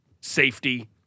safety